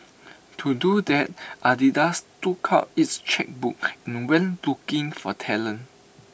to do that Adidas took out its chequebook and went looking for talent